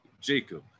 Jacob